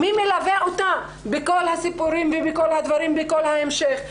מי מלווה אותה בכל הסיפורים ובכל הדברים ובכל ההמשך?